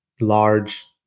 large